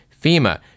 FEMA